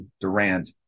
Durant